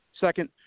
Second